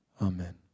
Amen